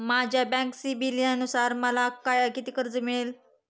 माझ्या बँक सिबिलनुसार मला किती कर्ज मिळेल?